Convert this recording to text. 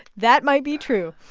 that might be true.